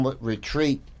retreat